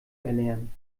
erlernen